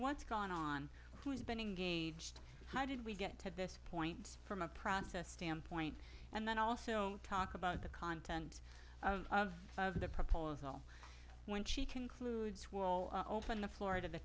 what's gone on who's been engaged how did we get to this point from a process standpoint and then also talk about the content of the proposal when she concludes will open the florida